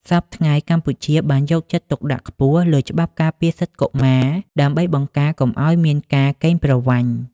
សព្វថ្ងៃ កម្ពុជាបានយកចិត្តទុកដាក់ខ្ពស់លើច្បាប់ការពារសិទ្ធិកុមារ ដើម្បីបង្ការកុំឱ្យមានការកេងប្រវ័ញ្ច។